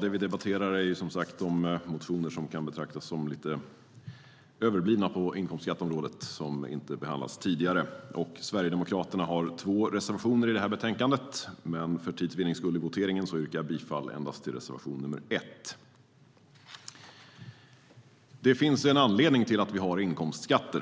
Det vi debatterar är som sagt de motioner som kan betraktas som överblivna på inkomstskatteområdet, som inte har behandlats tidigare. Det finns en anledning till att vi har inkomstskatt.